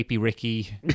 Ricky